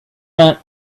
not